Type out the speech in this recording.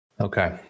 Okay